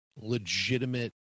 legitimate